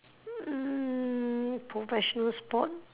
mm professional sport